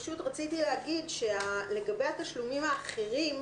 רציתי להגיד לגבי התשלומים האחרים,